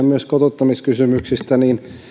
myös kotouttamiskysymyksistä niin